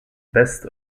best